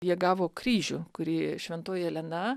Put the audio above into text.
jie gavo kryžių kurį šventoji elena